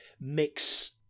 mix